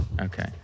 Okay